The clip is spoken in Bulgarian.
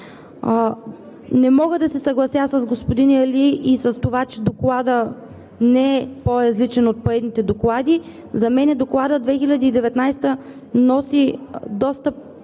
Не мога да се съглася с господин Али и с това, че Докладът не е по-различен от предните доклади. За мен Доклад 2019 носи доста